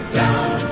down